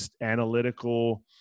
analytical